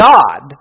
God